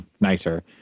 nicer